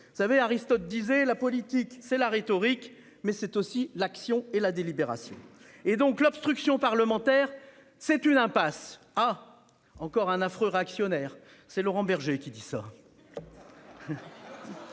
Vous savez Aristote disait la politique c'est la rhétorique mais c'est aussi l'action et la délibération et donc l'obstruction parlementaire. C'est une impasse. Ah encore un affreux réactionnaire, c'est Laurent Berger qui dit ça.